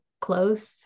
close